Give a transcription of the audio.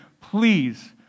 Please